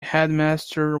headmaster